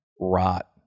rot